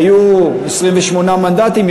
היו 28 מנדטים,